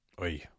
oi